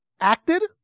acted